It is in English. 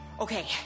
Okay